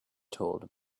told